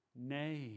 nay